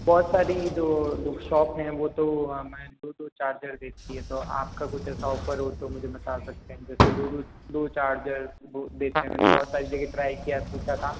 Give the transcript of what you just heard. बहुत सारी जो बुक शॉप हैं वो तो दो दो चार्जर देती है तो आपका कुछ ऐसा ऑफर हो तो मुझे बता सकते हैं जैसे दो दो दो चार्जर देते हैं मैंने बहुत सारी जगह ट्राई किया पूछा था